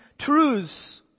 truths